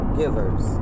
givers